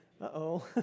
Uh-oh